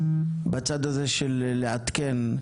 בצד הזה של לעדכן.